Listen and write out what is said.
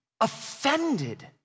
offended